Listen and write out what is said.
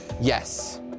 Yes